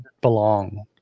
belong